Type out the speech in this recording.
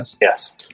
yes